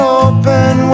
open